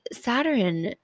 Saturn